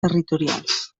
territorials